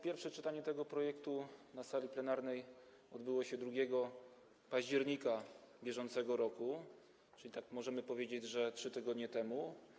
Pierwsze czytanie tego projektu na sali plenarnej odbyło się 2 października br., czyli możemy powiedzieć, że 3 tygodnie temu.